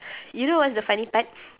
you know what is the funny part